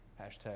Hashtag